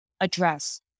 address